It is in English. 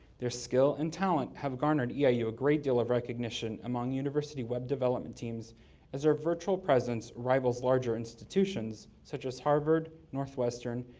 their skill and talent have garnered yeah eiu a great deal of recognition among university web development teams as our virtual presence rivals larger institutions such as harvard, northwestern,